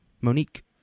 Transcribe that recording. Monique